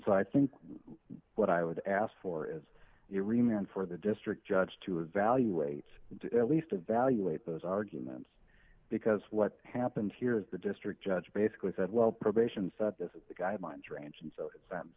so i think what i would ask for is to remain on for the district judge to evaluate and least evaluate those arguments because what happened here is the district judge basically said well probation set this is the guidelines range and so it sounds